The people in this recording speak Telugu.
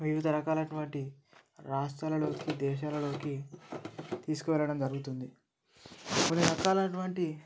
వివిధ రకాలైనటువంటి రాష్ట్రాలలోకి దేశాలలోకి తీసుకువెళ్ళడం జరుగుతుంది కొన్ని రకాలైనటువంటి